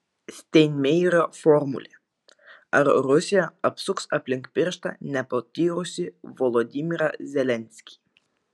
steinmeierio formulė ar rusija apsuks aplink pirštą nepatyrusį volodymyrą zelenskį